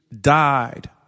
died